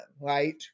right